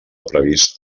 previst